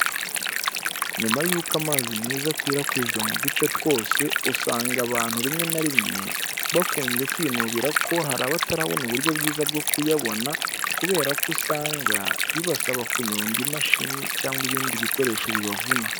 Nyuma y'uko amazi meza akwirakwijwe mu duce twose, usanga abantu rimwe na rimwe, bakunze kwinubira ko hari abatarabona uburyo bwiza bwo kuyabona, kubera ko usanga bibasaba kunyonga imashini cyangwa ibindi bikoresho bibavuna.